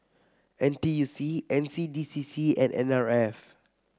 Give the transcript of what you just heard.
N T U C N C D C C and N R F